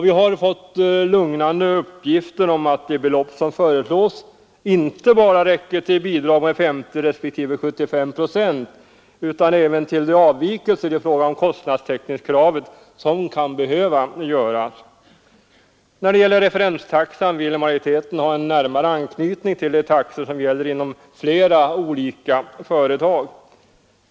Vi har fått lugnande uppgifter om att det belopp som föreslås räcker inte bara till bidrag med 50 respektive 75 procent utan även till de avvikelser i fråga om kostnadstäckningskravet som kan behöva göras. När det gäller referenstaxan vill majoriteten ha en närmare anknytning till de taxor som gäller inom flera olika företag.